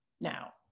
Now